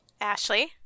Ashley